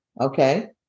Okay